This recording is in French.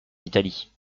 italie